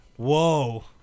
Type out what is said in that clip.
Whoa